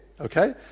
okay